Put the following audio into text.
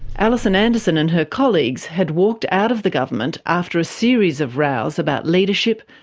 alison anderson and her colleagues had walked out of the government after a series of rows about leadership,